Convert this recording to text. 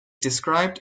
described